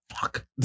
Fuck